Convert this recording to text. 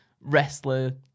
wrestler